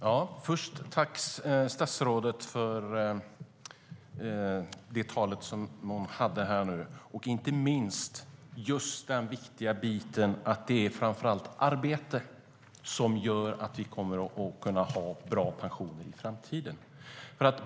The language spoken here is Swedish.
Fru talman! Först ett tack till statsrådet för talet, och inte minst den viktiga biten om att det är framför allt arbete som gör att vi kommer att kunna ha bra pensioner i framtiden.